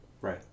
Right